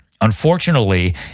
unfortunately